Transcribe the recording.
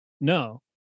No